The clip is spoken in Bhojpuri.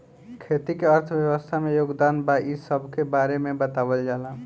खेती के अर्थव्यवस्था में योगदान बा इ सबके बारे में बतावल जाला